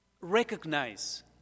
recognize